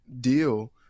deal